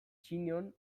chinon